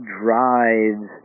drives